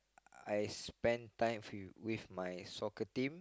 I spend time with you with my soccer team